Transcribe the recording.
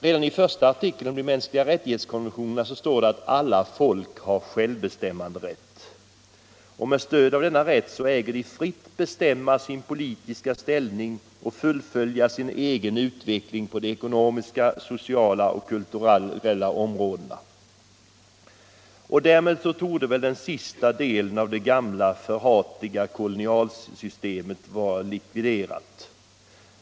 Redan i första artikeln i konventionen om de mänskliga rättigheterna står det att alla folk har självbestämmanderätt. Med stöd av denna rätt äger de fritt bestämma sin politiska ställning och fullfölja sin egen utveckling på de ekonomiska, sociala och kulturella områdena. Därmed borde den sista delen av det gamla, förhatliga kolonialsystemet vara likviderad.